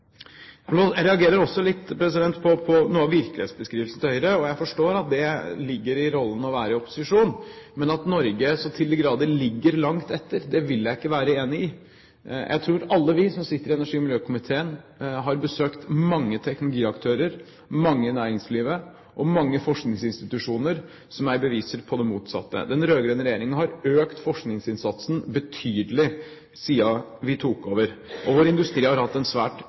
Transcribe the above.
reagerer også litt på noe av virkelighetsbeskrivelsen til Høyre. Jeg forstår at det ligger i rollen å være i opposisjon, men at Norge så til de grader ligger langt etter, vil jeg ikke være enig i. Jeg tror alle vi som sitter i energi- og miljøkomiteen, har besøkt mange teknologiaktører, mange i næringslivet og mange forskningsinstitusjoner som er beviser på det motsatte. Den rød-grønne regjeringen har økt forskningsinnsatsen betydelig siden den tok over, og vår industri har hatt en svært